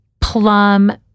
plum